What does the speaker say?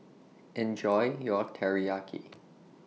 Enjoy your Teriyaki